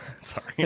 Sorry